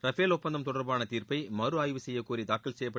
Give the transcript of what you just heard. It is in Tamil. ரபேல் ஒப்பந்தம் தொடர்பான தீர்ப்பை மறு ஆய்வு செய்யக்கோரி தாக்கல் செய்யப்பட்ட